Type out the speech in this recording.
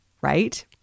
right